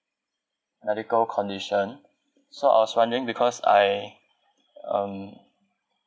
medical condition so I was wondering because I um